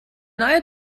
neue